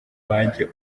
wanjye